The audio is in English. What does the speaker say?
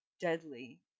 deadly